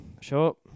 Sure